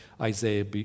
Isaiah